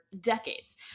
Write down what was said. decades